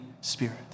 Spirit